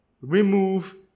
remove